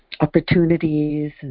Opportunities